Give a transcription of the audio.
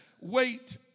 Wait